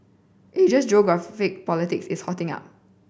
Asia's is hotting up